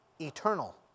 eternal